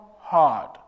hard